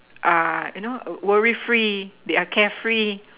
uh you know worry free they are carefree